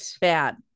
Bad